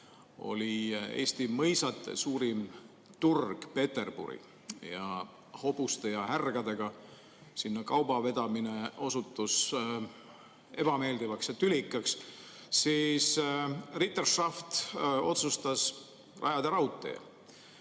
oli Eesti mõisate suurim turg Peterburi ning hobuste ja härgadega sinna kauba vedamine osutus ebameeldivaks ja tülikaks, siisRitterschaftotsustas rajada raudtee.